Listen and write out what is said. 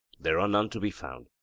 there are none to be found.